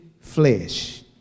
flesh